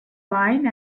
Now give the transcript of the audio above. vine